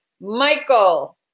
Michael